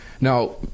Now